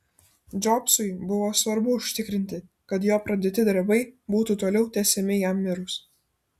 džobsui buvo svarbu užtikrinti kad jo pradėti darbai būtų toliau tęsiami jam mirus